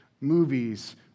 movies